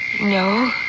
No